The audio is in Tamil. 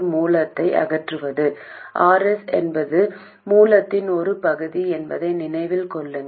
மூலம் நீங்கள் குழப்பமடைந்தால் கிர்ச்சாஃப் இன் தற்போதைய சட்டத்தை இந்த முனையிலும் இந்த முனையிலும் எழுதுங்கள் நீங்கள் முடிவைக் காண்பீர்கள்